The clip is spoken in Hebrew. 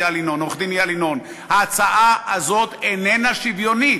עורך-דין איל ינון: ההצעה הזו איננה שוויונית.